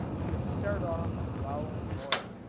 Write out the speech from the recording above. should start off the following morning.